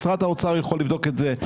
משרד האוצר יכול לבדוק את זה,